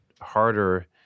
harder